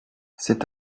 c’est